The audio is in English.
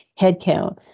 headcount